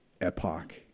epoch